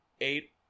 eight